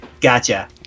Gotcha